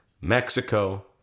Mexico